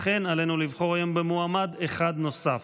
לכן, עלינו לבחור היום במועמד אחד נוסף.